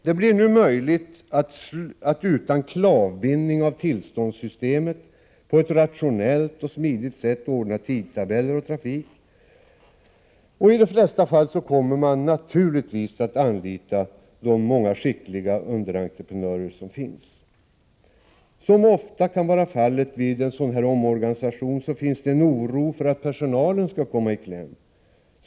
Det blir nu möjligt att utan klavbindning av tillståndsystemet på ett rationellt och smidigt sätt ordna tidtabeller och trafik. I de flesta fall kommer man naturligtvis att anlita de många skickliga underentreprenörer som finns. Som så ofta kan vara fallet vid omorganisation finns en oro för att personalen skall komma i kläm.